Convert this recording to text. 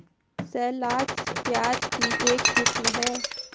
shallots, प्याज की एक किस्म है